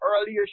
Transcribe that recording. earlier